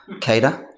keda.